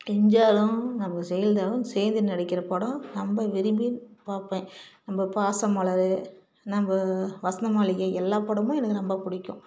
எம்ஜிஆரும் நம்ம ஜெயலலிதாவும் சேர்ந்து நடிக்கின்ற படம் ரொம்ப விரும்பி பார்ப்பேன் நம்ம பாசமலர் நம்ம வசந்தமாளிகை எல்லா படமும் எனக்கு ரொம்ப பிடிக்கும்